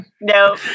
no